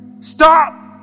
Stop